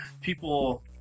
People